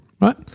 right